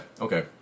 okay